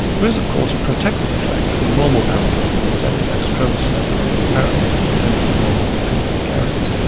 there is of course a protective effect from the normal allele on the second x chromosome in apparently clinically normal female carriers,